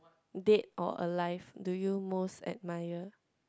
dead or alive do you most admire